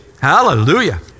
Hallelujah